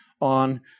on